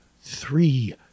three